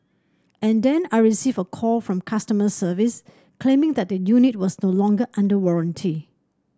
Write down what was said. and then I received a call from customer service claiming that the unit was no longer under warranty